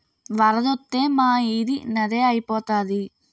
వరదొత్తే మా ఈది నదే ఐపోతాది